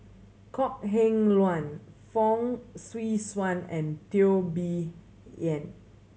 Kok Heng Leun Fong Swee Suan and Teo Bee Yen